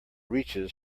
reaches